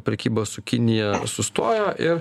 prekyba su kinija sustojo ir